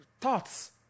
thoughts